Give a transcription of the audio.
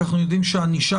כי אנחנו יודעים שהענישה,